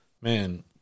man